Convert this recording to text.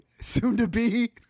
soon-to-be